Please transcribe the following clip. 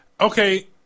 okay